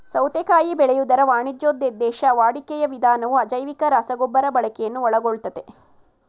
ಸೌತೆಕಾಯಿ ಬೆಳೆಯುವುದರ ವಾಣಿಜ್ಯೋದ್ದೇಶದ ವಾಡಿಕೆಯ ವಿಧಾನವು ಅಜೈವಿಕ ರಸಗೊಬ್ಬರ ಬಳಕೆಯನ್ನು ಒಳಗೊಳ್ತದೆ